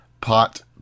pot